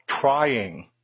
trying